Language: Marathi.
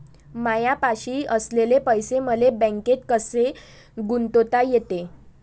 मायापाशी असलेले पैसे मले बँकेत कसे गुंतोता येते?